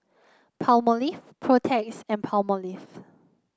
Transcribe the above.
Palmolive Protex and Palmolive